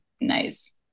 nice